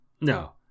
No